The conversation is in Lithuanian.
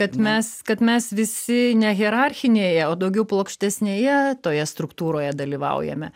kad mes kad mes visi ne hierarchinėje o daugiau plokštesnėje toje struktūroje dalyvaujame